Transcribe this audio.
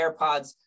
AirPods